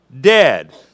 dead